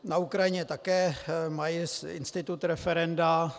Na Ukrajině také mají institut referenda.